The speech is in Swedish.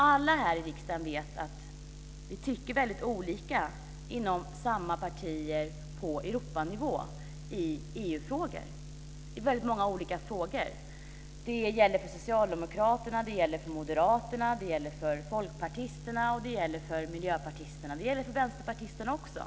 Alla här i riksdagen vet att vi tycker väldigt olika i EU-frågor inom samma partier på Europanivå. Det finns väldigt många olika frågor. Det gäller för socialdemokrater, moderater, folkpartister och miljöpartister. Det gäller för vänsterpartisterna också.